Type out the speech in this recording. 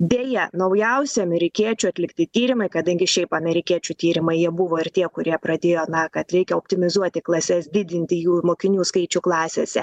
deja naujausi amerikiečių atlikti tyrimai kadangi šiaip amerikiečių tyrimai jie buvo ir tie kurie pradėjo na kad reikia optimizuoti klases didinti jų mokinių skaičių klasėse